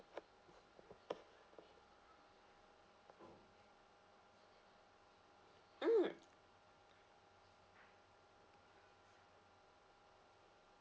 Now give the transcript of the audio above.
mm